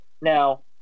Now